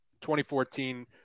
2014